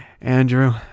Andrew